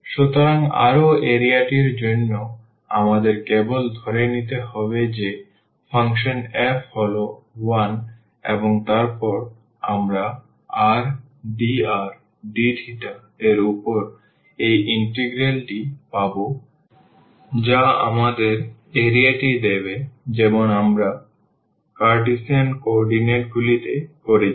সুতরাং আবারও area টির জন্য আমাদের কেবল ধরে নিতে হবে যে এই ফাংশন f হল 1 এবং তারপর আমরা rdrdθ এর উপর এই ইন্টিগ্রালটি পাবো যা আমাদের area টি দেবে যেমন আমরা কার্টেসিয়ান কোঅর্ডিনেটগুলিতে করেছি